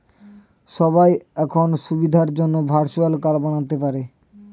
সবাই এখন সুবিধার জন্যে ভার্চুয়াল কার্ড বানাতে পারে